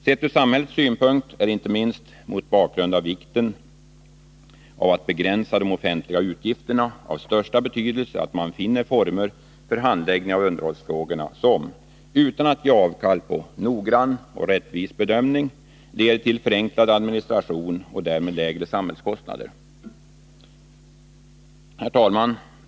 Sett ur samhällets synpunkt är det, inte minst mot bakgrund av vikten av att begränsa de offentliga utgifterna, av största betydelse att man finner former för handläggning av underhållsfrågorna som — utan att ge avkall på noggrann och rättvis bedömning — leder till förenklad administration och därmed lägre samhällskostnader. Herr talman!